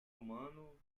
humano